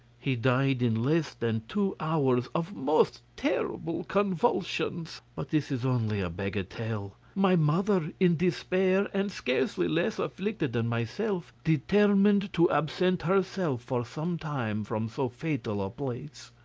he died in less than two hours of most terrible convulsions. but this is only a bagatelle. my mother, in despair, and scarcely less afflicted than myself, determined to absent herself for some time from so fatal a ah place.